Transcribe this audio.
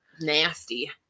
nasty